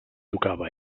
tocava